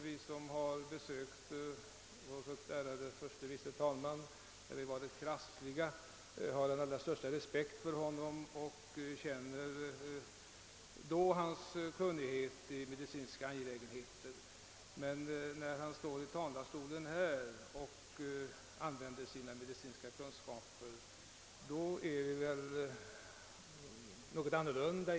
Vi som besökt vår ärade förste vice talman när vi varit krassliga har självfallet den allra största respekt för honom och hans kunnighet i medicinska angelägenheter. Men när han står i talarstolen och ger uttryck för sina medicinska kunskaper värderar vi hans uttalanden något annorlunda.